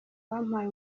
wampaye